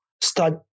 start